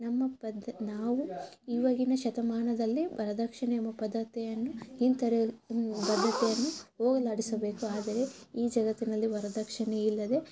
ನಮ್ಮ ಪದ್ದ ನಾವು ಇವಾಗಿನ ಶತಮಾನದಲ್ಲೇ ವರದಕ್ಷಿಣೆ ಎಂಬ ಪದ್ಧತಿಯನ್ನು ಹಿಂದೆ ತೆರೆದು ಪದ್ಧತಿಯನ್ನು ಹೋಗಲಾಡಿಸಬೇಕು ಆದರೆ ಈ ಜಗತ್ತಿನಲ್ಲಿ ವರದಕ್ಷಿಣೆ ಇಲ್ಲದೆ